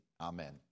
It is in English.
Amen